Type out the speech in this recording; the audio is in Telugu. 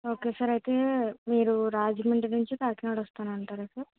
ఓకే సార్ అయితే మీరు రాజమండ్రి నుంచి కాకినాడ వస్తానంటరా సార్